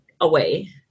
away